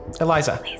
Eliza